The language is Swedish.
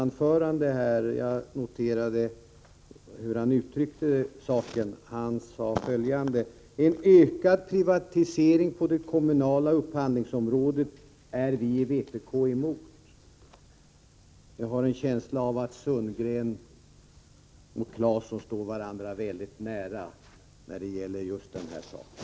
Är det så, herr Sundgren, att myndigheterna inte skall följa de politiska mål som riksdag och regering sätter upp? Jag kan inte tolka det på annat sätt än att innebörden i utskottets skrivning är sådan. Eller skall man tolka saken så, att socialdemokraterna inte har något regionalpolitiskt mål i sin ekonomiska politik?